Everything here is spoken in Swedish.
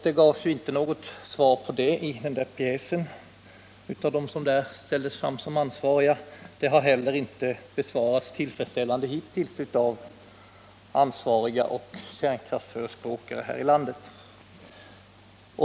Det gavs inte något svar på den frågan i pjäsen av dem som där ställdes fram som ansvariga, och frågan har hittills heller inte besvarats tillfredsställande av ansvariga kärnkraftsförespråkare här i landet.